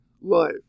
life